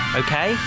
okay